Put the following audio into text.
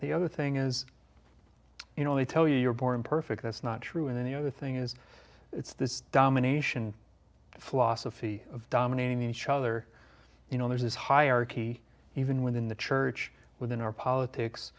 the other thing is you know they tell you you're born perfect that's not true and then the other thing is it's this domination floss a fee of dominating each other you know there's this hierarchy even within the church within our politics